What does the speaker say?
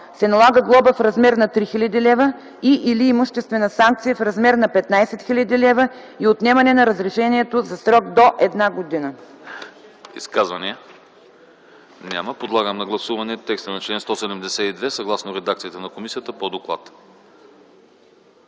се налага глоба в размер на 2000 лв. и/или имуществена санкция в размер на 10 000 лв. и отнемане на разрешението за срок до една година”.